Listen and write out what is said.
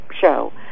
show